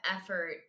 effort